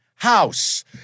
House